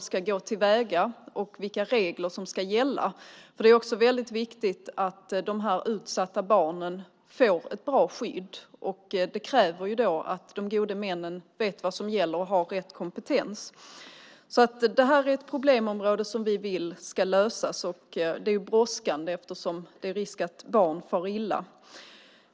ska gå till väga och vilka regler som ska gälla. Det är viktigt att de utsatta barnen får ett bra skydd, vilket kräver att gode männen vet vad som gäller och har rätt kompetens. Detta är ett problemområde som vi vill ska lösas. Det brådskar eftersom det finns risk för att barn far illa.